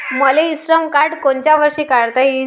मले e Shram card कोनच्या वर्षी काढता येईन?